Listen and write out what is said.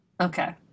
Okay